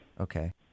Okay